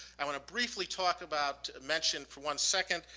i want to briefly talk about mention for one second,